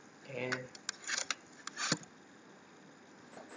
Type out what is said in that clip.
can